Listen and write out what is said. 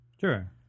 Sure